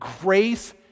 grace